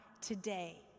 today